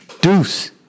Deuce